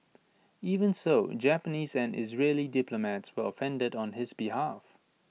even so Japanese and Israeli diplomats were offended on his behalf